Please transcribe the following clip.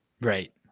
right